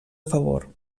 favor